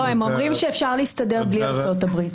לא, הם אומרים שאפשר להסתדר בלי ארה"ב.